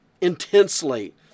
intensely